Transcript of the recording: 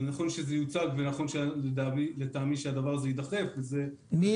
נכון שזה יוצג ונכון לטעמי שהדבר הזה יידחף --- מי